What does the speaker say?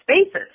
Spaces